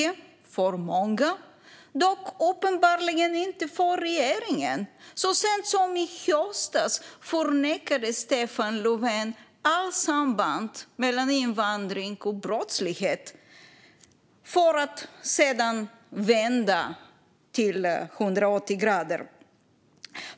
Det har det varit för många, men uppenbarligen inte för regeringen. Så sent som i höstas förnekade Stefan Löfven allt samband mellan invandring och brottslighet för att sedan vända 180 grader.